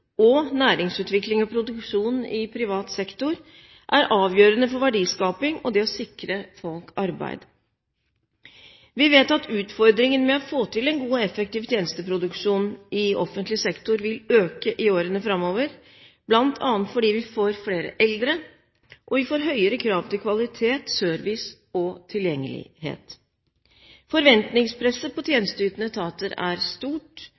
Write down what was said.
og næringsutvikling og produksjon i privat sektor på den andre er avgjørende for verdiskaping og det å sikre folk arbeid. Vi vet at utfordringen med å få til en god og effektiv tjenesteproduksjon i offentlig sektor vil øke i årene framover, bl.a. fordi vi får flere eldre, og vi får høyere krav til kvalitet, service og tilgjengelighet. Forventningspresset på tjenesteytende etater er stort,